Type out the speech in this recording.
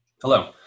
Hello